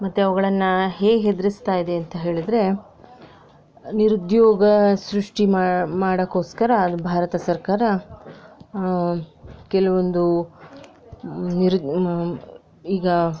ಮತ್ತು ಅವ್ಗಳನ್ನು ಹೇಗೆ ಎದ್ರಿಸ್ತಾ ಇದೆ ಅಂತ ಹೇಳಿದ್ರೆ ನಿರುದ್ಯೋಗ ಸೃಷ್ಟಿ ಮಾ ಮಾಡೋಕ್ಕೋಸ್ಕರ ಭಾರತ ಸರ್ಕಾರ ಕೆಲವೊಂದು ನಿರು ಈಗ